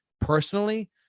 Personally